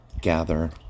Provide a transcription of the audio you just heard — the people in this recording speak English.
gather